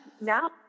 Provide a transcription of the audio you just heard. now